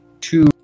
two